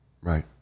Right